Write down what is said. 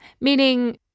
meaning